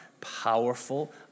powerful